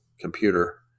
computer –